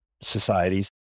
societies